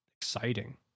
exciting